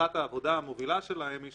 הנחת העבודה המובילה שלהם היא,